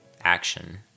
action